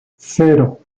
cero